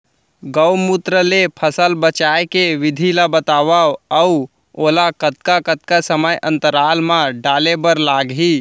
गौमूत्र ले फसल बचाए के विधि ला बतावव अऊ ओला कतका कतका समय अंतराल मा डाले बर लागही?